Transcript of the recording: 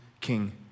King